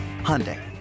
Hyundai